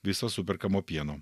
viso superkamo pieno